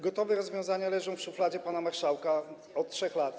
Gotowe rozwiązania leżą w szufladzie pana marszałka od 3 lat.